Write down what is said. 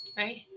right